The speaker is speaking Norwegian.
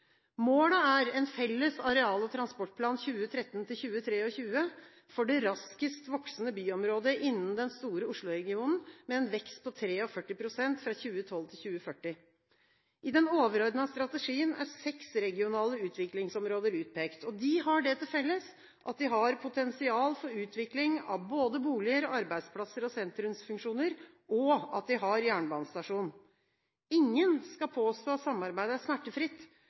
Målet er en felles areal- og transportplan 2013–2023, for det raskest voksende byområdet innen den store Oslo-regionen, med en vekst på 43 pst. fra 2012 til 2040. I den overordnede strategien er seks regionale utviklingsområder utpekt. De har det til felles at de har potensial for utvikling av både boliger, arbeidsplasser og sentrumsfunksjoner, og at de har jernbanestasjon. Ingen skal påstå at samarbeidet er smertefritt,